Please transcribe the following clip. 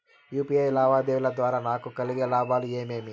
UPI లావాదేవీల ద్వారా నాకు కలిగే లాభాలు ఏమేమీ?